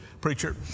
preacher